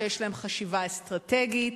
שיש להן חשיבה אסטרטגית,